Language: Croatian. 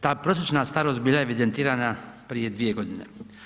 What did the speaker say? Ta prosječna starost bila je evidentirana prije 2 godine.